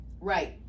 right